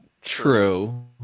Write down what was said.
True